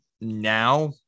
now